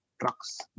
trucks